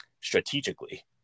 strategically